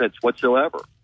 whatsoever